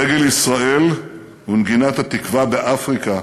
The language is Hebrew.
דגל ישראל ונגינת "התקווה" באפריקה